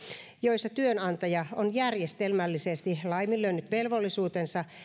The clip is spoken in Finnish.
joissa työnantaja on järjestelmällisesti laiminlyönyt velvollisuutensa